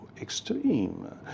extreme